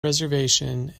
reservation